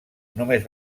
només